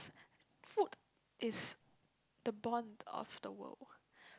food is the bond of the world